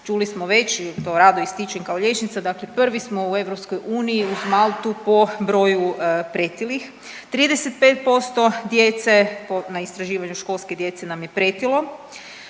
čuli smo već i to rado ističem kao liječnica, dakle prvi smo u EU uz Maltu po broju pretilih. 35% djece po, na istraživanju školske djece nam je pretilo.